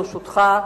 ברשותך.